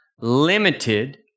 limited